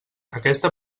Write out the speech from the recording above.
aquesta